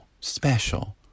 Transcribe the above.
special